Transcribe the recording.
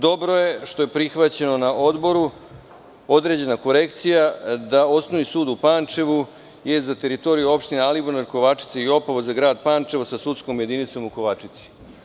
Dobro je što je prihvaćena na odboru određena korekcija da Osnovni sud u Pančevu je za teritoriju opštine Alibunar, Kovačica i Opovo za grad Pančevo sa sudskom jedinicom u Kovačici.